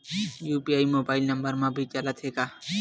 UPI mobile number मा भी चलते हे का?